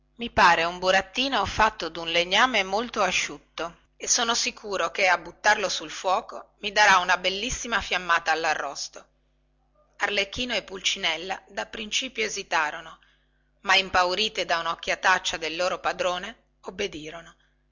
i pare un burattino fatto di un legname molto asciutto e sono sicuro che a buttarlo sul fuoco mi darà una bellissima fiammata allarrosto arlecchino e pulcinella da principio esitarono ma impauriti da unocchiataccia del loro padrone obbedirono